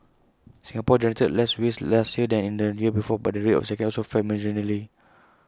Singapore generated less waste last year than in the year before but the rate of recycling also fell marginally